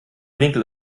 winkel